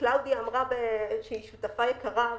וקלאודיה שהיא שותפה יקרה,